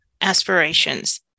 aspirations